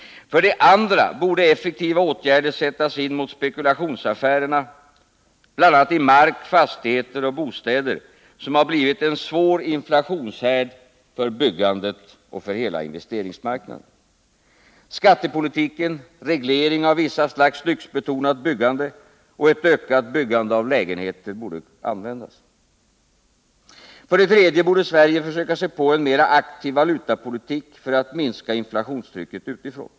För det andra borde effektiva åtgärder sättas in mot spekulationsaffärerna, bl.a. när det gäller mark, fastigheter och bostäder, som har blivit en svår inflationshärd för byggandet och för hela investeringsmarknaden. Skattepolitiken, reglering av vissa slag av lyxbetonat byggande och ett ökat byggande av lägenheter borde komma till användning. För det tredje borde Sverige försöka sig på en mera aktiv valutapolitik för att minska inflationstrycket utifrån.